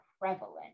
prevalent